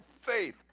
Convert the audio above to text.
faith